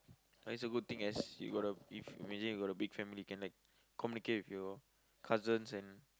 it's a good thing as you got a imagine you got a big family you can like communicate with your cousins and